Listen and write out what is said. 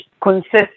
consists